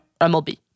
MLB